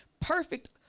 Perfect